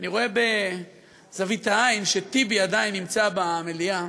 אני רואה בזווית העין שטיבי עדיין נמצא במליאה.